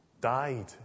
died